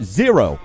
zero